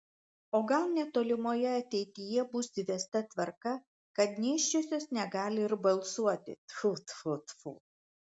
o gal netolimoje ateityje bus įvesta tvarka kad nėščiosios negali ir balsuoti tfu tfu tfu